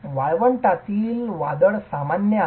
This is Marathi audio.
वाळवंटातील वादळ सामान्य आहेत